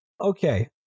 okay